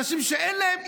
אנשים שאין להם,